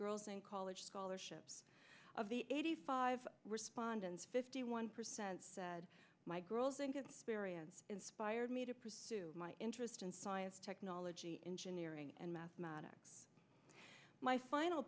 girls in college scholarships of the eighty five respondents fifty one percent said my girls think it's period inspired me to pursue my interest in science technology engineering and mathematics my final